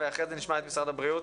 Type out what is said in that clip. ואחרי זה נשמע את משרד הבריאות,